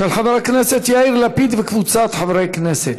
של חבר הכנסת יאיר לפיד וקבוצת חברי כנסת.